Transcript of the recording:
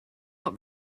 what